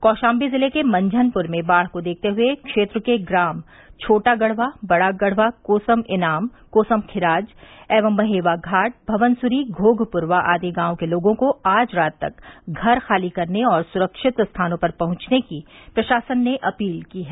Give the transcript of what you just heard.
कौशाम्बी जिले के मंझनपुर में बाढ़ को देखते हुए क्षेत्र के ग्राम छोटा गढ़वा बड़ा गढ़वा कोसम इनाम कोसम खिराज एवं मर्हेवाघाट भवनसुरी घोघपुरवा आदि गांवों के लोगों को आज रात तक घर खाली करने एवं सुरक्षित स्थानों पर पहुंचने की प्रशासन ने अपील की है